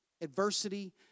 adversity